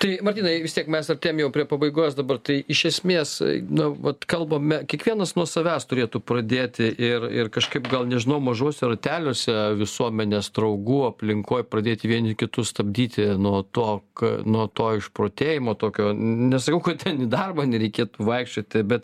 tai martynai vis tiek mes artėjam jau prie pabaigos dabar tai iš esmės na vat kalbame kiekvienas nuo savęs turėtų pradėti ir ir kažkaip gal nežinau mažuose rateliuose visuomenės draugų aplinkoj pradėti vieni kitus stabdyti nuo to k nuo to išprotėjimo tokio nesakau kad ten į darbą nereikėtų vaikščioti bet